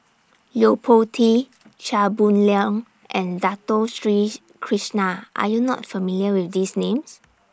Yo Po Tee Chia Boon Leong and Dato Sri Krishna Are YOU not familiar with These Names